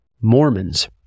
Mormons